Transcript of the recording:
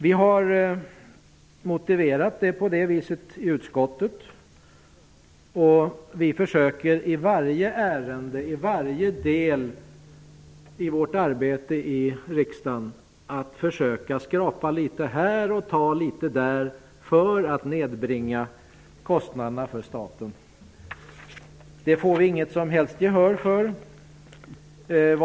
Vi har motiverat detta i utskottet. I varje ärende och i varje del av vårt arbete i riksdagen försöker vi skrapa litet här och ta litet där för att nedbringa kostnaderna för staten. Det får vi inget som helst gehör för.